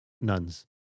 nuns